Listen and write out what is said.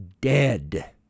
dead